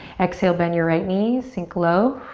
exhale, bend your right knee. sink low.